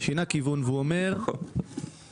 הוא שינה כיוון והוא אומר: אחד,